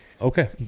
Okay